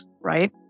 right